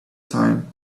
time